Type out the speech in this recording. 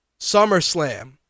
SummerSlam